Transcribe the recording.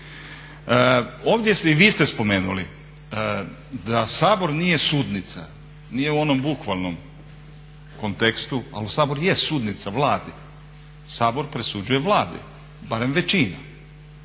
Ovdje, i vi ste spomenuli, da Sabor nije sudnica. Nije u onom bukvalnom kontekstu ali Sabor jest sudnica Vladi, Sabor presuđuje Vladi. Barem većina.